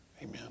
Amen